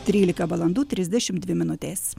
trylika valandų trisdešim dvi minutės